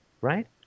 right